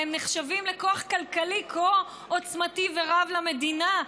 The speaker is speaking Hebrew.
והם נחשבים לכוח כלכלי כה עוצמתי ורב למדינה,